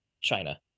china